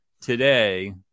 today –